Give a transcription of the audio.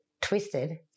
twisted